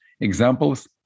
Examples